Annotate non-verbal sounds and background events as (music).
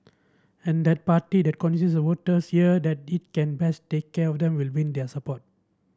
and that party that (unintelligible) voters here that it can best take care of them will win their support